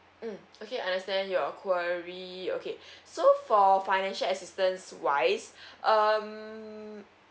mm okay understand your query okay so for financial assistance wise um